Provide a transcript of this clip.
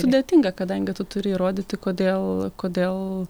sudėtinga kadangi tu turi įrodyti kodėl kodėl